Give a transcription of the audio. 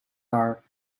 are